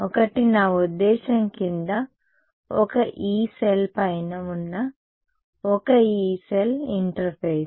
ఒకటి నా ఉద్దేశ్యం క్రింద ఒక యీ సెల్ పైన ఉన్న ఒక యీ సెల్ ఇంటర్ఫేస్